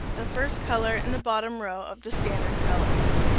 the first color in the bottom row of the standard colors.